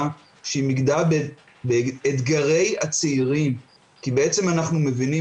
מבחינתי, ברגע שאנחנו מדברים